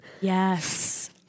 Yes